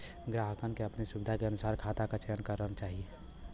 ग्राहकन के अपने सुविधा के अनुसार खाता क चयन करना चाही